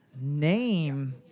name